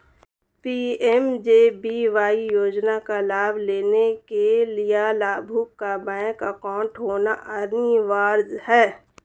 PMJBY योजना का लाभ लेने के लिया लाभुक का बैंक अकाउंट होना अनिवार्य है